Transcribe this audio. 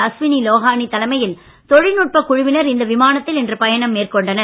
அஸ்வினி லோஹானி தலைமையில் தொழில்நுட்ப குழுவினர் இந்த விமானத்தில் இன்று பயணம் மேற்கொண்டனர்